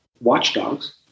watchdogs